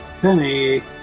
Penny